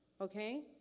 Okay